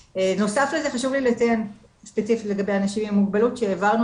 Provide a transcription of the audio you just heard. נוסף לזה חשוב לי לציין ספציפית לגבי אנשים עם מוגבלות שהעברנו